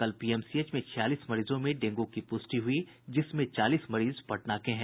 कल पीएमसीएच में छियालीस मरीजों में डेंग् की प्रष्टि हुई जिसमें चालीस मरीज पटना के हैं